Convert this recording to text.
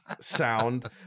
sound